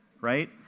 right